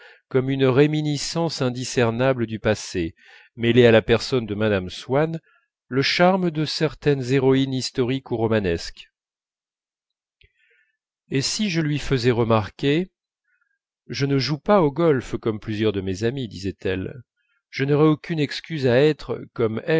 comme une réminiscence